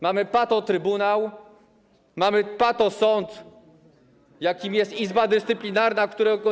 Mamy patotrybunał, mamy patosąd, jakim jest Izba Dyscyplinarna, której.